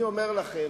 אני אומר לכם,